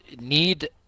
need